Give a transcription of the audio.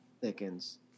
Thickens